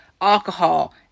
alcohol